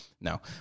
no